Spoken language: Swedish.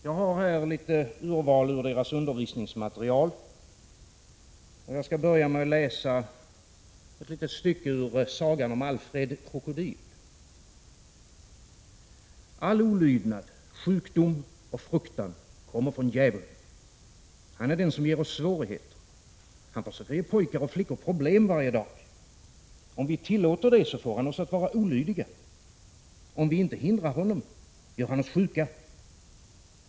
Jag har här ett litet urval av sektens undervisningsmaterial. Jag skall börja med att läsa ett litet stycke ur sagan om Alfred Krokodil: ”All olydnad, sjukdom och fruktan kommer från djävulen. Han är den som ger oss svårigheter. Han försöker ge pojkar och flickor problem varje dag. Om vi tillåter det får han oss att vara olydiga. Om vi inte hindrar honom, gör han oss sjuka.